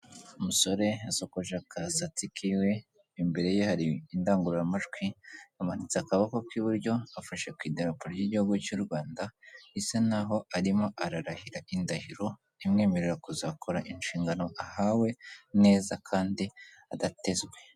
Umusore yasokoje agasatsi kiwe, imbere ye hari indangururamajwi, amanitse akaboko k'iburyo, afashe ku idaraporo ry'igihugu cy'u Rwanda, bisa naho arimo ararahira indahiro imwemerera kuzakora inshingano ahawe neza, kandi adatezwe.